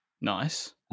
nice